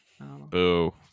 Boo